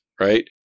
right